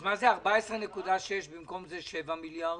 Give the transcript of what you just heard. --- אז מה זה 14.6 ובמקום זה 7 מיליארד?